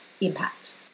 impact